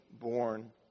born